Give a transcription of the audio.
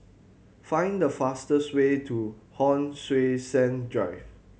find the fastest way to Hon Sui Sen Drive